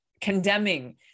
condemning